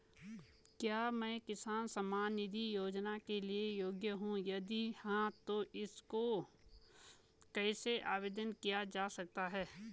क्या मैं किसान सम्मान निधि योजना के लिए योग्य हूँ यदि हाँ तो इसको कैसे आवेदन किया जा सकता है?